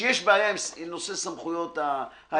שיש בעיה עם נושא סמכויות העיכוב,